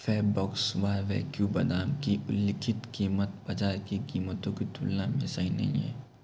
fab Box barbecue बादाम की उल्लिखित कीमत बाज़ार की कीमतों की तुलना में सही नहीं है